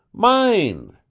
mine,